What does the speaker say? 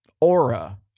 aura